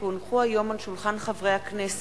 כי הונחו היום על שולחן הכנסת,